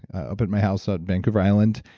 up at my house ah at vancouver island,